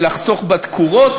לחסוך בתקורות.